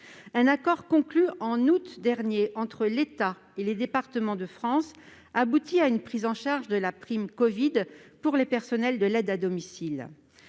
Un accord conclu en août dernier entre l'État et les départements de France a abouti à une prise en charge de la prime covid pour les personnels de l'aide à domicile.